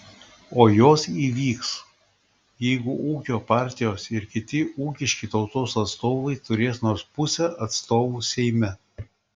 o jos įvyks jeigu ūkio partijos ir kiti ūkiški tautos atstovai turės nors pusę atstovų seime